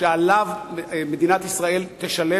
שמדינת ישראל תשלם